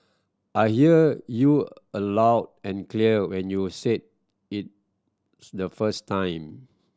I hear you aloud and clear when you said it the first time